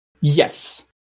Yes